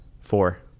Four